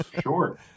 Sure